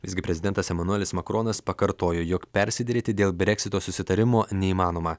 visgi prezidentas emanuelis makronas pakartojo jog persiderėti dėl breksito susitarimo neįmanoma